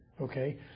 okay